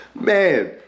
Man